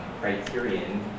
criterion